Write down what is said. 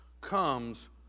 comes